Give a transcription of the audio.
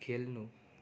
खेल्नु